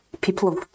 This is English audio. people